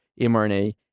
mRNA